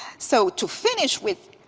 so to finish with,